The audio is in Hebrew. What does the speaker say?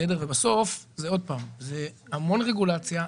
בסוף זה המון רגולציה,